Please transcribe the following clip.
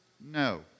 no